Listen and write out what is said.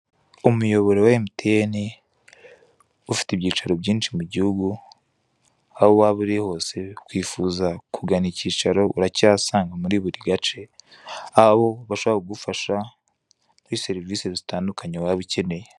Umuyoboro wa emutiyeni ufite ibyicaro byinshi mu gihugu, aho waba uri hose ukifuza kugana ikicaro urakihasanga muri buri gace, aho bashobora kugufasha muri serivise zitandukanye waba ukenye.